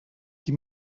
qui